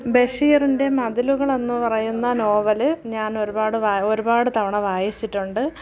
ബഷീറിൻ്റെ മതിലുകളെന്ന് പറയുന്ന നോവൽ ഞാൻ ഒരുപാട് വാ ഒരുപാട് തവണ വായിച്ചിട്ടുണ്ട്